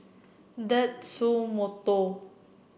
Tatsumoto